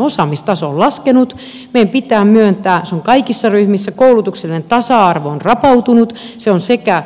osaamistaso on laskenut meidän pitää myöntää kaikissa ryhmissä koulutuksellinen tasa arvo on rapautunut sekä